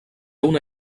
una